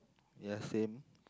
ya same